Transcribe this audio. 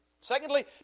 Secondly